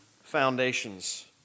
foundations